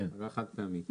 אגרה חד פעמית.